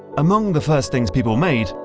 among the first things people made,